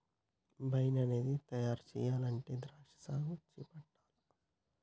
wine అనేది తయారు చెయ్యాలంటే ద్రాక్షా సాగు చేపట్టాల్ల